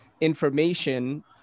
information